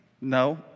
No